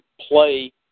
play